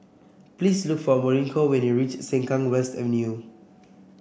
please look for Mauricio when you reach Sengkang West Avenue